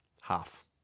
Half